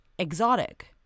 Exotic